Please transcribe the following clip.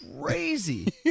crazy